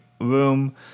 room